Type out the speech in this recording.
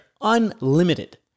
Unlimited